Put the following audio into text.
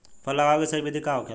फल लगावे के सही विधि का होखेला?